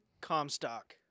Comstock